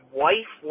wife